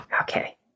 okay